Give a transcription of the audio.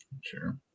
Sure